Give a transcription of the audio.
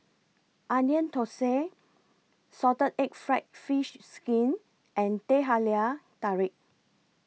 Onion Thosai Salted Egg Fried Fish Skin and Teh Halia Tarik